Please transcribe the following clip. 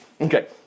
Okay